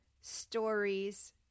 stories